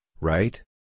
right